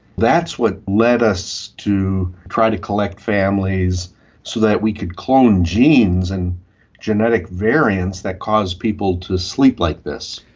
that's what led us to try to collect families so that we could clone genes and genetic variance that cause people to sleep like this.